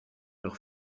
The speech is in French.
leurs